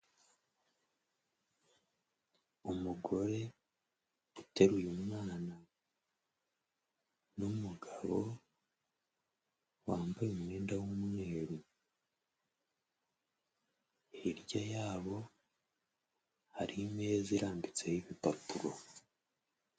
Umugore uteruye umwana n'umugabo wambaye umwenda w'umweru, hirya yabo hari imeza irambitseho ibipapuro.